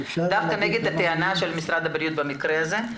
דווקא נגד הטענה של משרד הבריאות בנושא הזה.